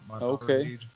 Okay